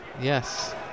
yes